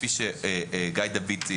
כפי שציין גיא דוד,